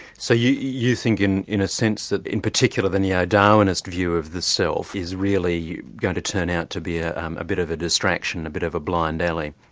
so you you think in in a sense that in particular the neo-darwinist view of the self is really going to turn out to be a a um bit of a distraction, a bit of a blind alley?